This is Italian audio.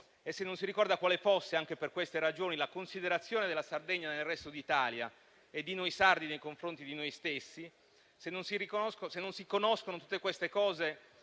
e se non si ricorda quale fosse anche per queste ragioni la considerazione della Sardegna nel resto d'Italia e di noi sardi nei confronti di noi stessi; se non si conoscono tutte queste cose,